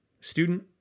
student